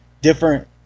different